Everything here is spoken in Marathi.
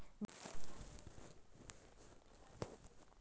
बिटकॉईन क्रिप्टोकरंसीचोच एक हिस्सो असा